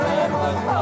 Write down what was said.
Redwood